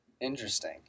Interesting